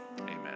amen